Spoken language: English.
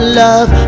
love